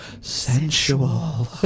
sensual